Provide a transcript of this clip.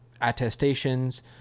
attestations